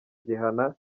gihana